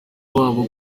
babo